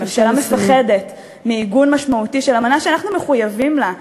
הממשלה מפחדת מעיגון משמעותי של אמנה שאנחנו מחויבים לה,